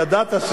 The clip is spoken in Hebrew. ידעת.